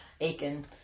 Aiken